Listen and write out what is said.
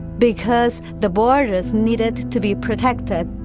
because the borders needed to be protected.